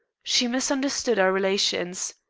she misunderstood our relations.